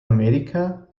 amerika